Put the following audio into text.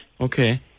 Okay